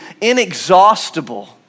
inexhaustible